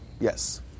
Yes